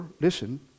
listen